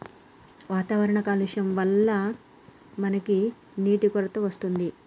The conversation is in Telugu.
వాతావరణ కాలుష్యం వళ్ల మనకి నీటి కొరత వస్తుంది